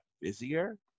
busier